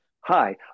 Hi